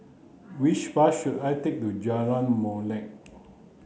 which bus should I take to Jalan Molek